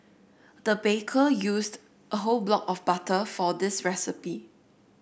the baker used a whole block of butter for this recipe